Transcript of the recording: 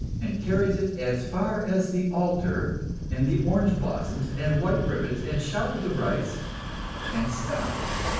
and carries it as far as the altar and the orange blossoms and white ribbons and showers of rice and stops.